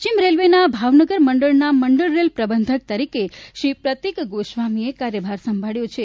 પશ્ચિમ રેલવાના ભાવનગર મંડળના મંડળ રેલ પ્રબંધક તરીકે શ્રી પ્રતિક ગોસ્વામીએ કાર્યભાર સંભાળ્યો છે